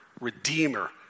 Redeemer